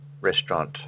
restaurant